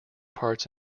parts